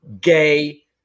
gay